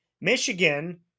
Michigan